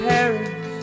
Paris